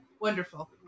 Wonderful